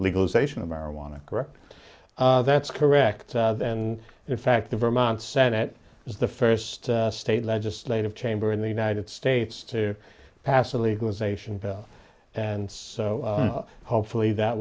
legalization of marijuana correct that's correct and in fact that vermont senate is the first state legislative chamber in the united states to pass a legalization and so hopefully that